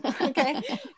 okay